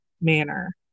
manner